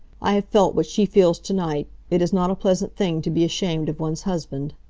i have felt what she feels to-night. it is not a pleasant thing to be ashamed of one's husband.